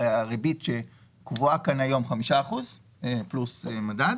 ריבית שקבועה כאן היום - חמישה אחוז פלוס מדד